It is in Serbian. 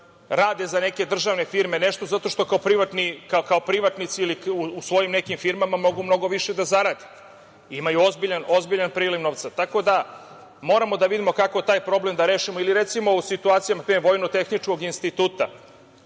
rade za neke državne firme nešto, zato što kao privatnici ili u svojim nekim firmama mogu mnogo više da zarade, imaju ozbiljan priliv novca. Tako da, moramo da vidimo kako taj problem da rešimo. Recimo, u situacijama kao npr. kod Vojno-tehničkog instituta,